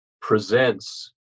presents